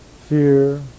fear